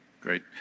Great